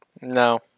No